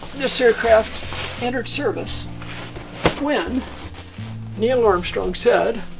this aircraft entered service when neil armstrong said,